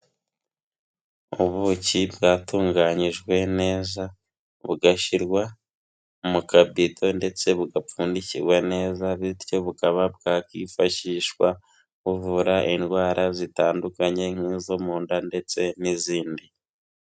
Ubuki bwatunganyijwe neza bugashyirwa mu kabido ndetse bugapfundikirwa neza, bityo bukaba bwakwifashishwa bu kuvura indwara zitandukanye nk'izo mu nda ndetse n'izindi.